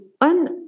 On